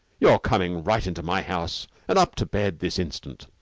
you're coming right into my house and up to bed this instant.